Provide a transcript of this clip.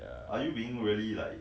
ya